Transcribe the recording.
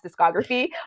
discography